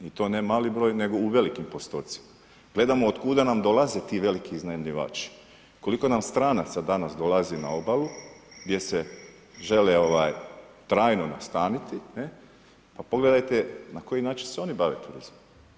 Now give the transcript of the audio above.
I to ne mali broj nego u velikim postocima, gledamo od kuda nam dolaze ti veli iznajmljivači, koliko nam stranaca danas dolaze na obali gdje se žele trajno nastaniti, pa pogledajte na koji način se oni bave turizmom.